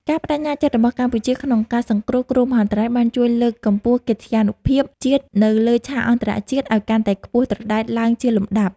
ការប្តេជ្ញាចិត្តរបស់កម្ពុជាក្នុងការសង្គ្រោះគ្រោះមហន្តរាយ បានជួយលើកកម្ពស់កិត្យានុភាពជាតិនៅលើឆាកអន្តរជាតិឱ្យកាន់តែខ្ពស់ត្រដែតឡើងជាលំដាប់។